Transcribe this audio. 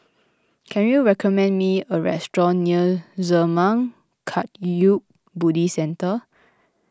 can you recommend me a restaurant near Zurmang Kagyud Buddhist Centre